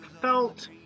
felt